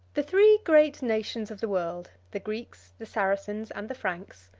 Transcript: the three great nations of the world, the greeks, the saracens, and the franks,